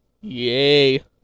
Yay